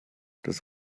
das